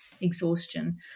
exhaustion